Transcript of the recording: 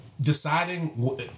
deciding